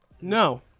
No